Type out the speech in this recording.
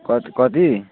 कति कति